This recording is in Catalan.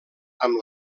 amb